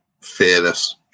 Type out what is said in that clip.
fearless